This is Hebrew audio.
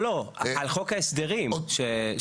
לא, על חוק ההסדרים שרלוונטי.